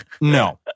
No